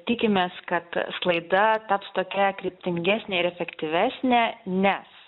tikimės kad sklaida taps tokia kryptingesnė ir efektyvesnė nes